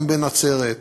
גם בנצרת.